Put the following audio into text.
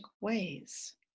ways